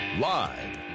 Live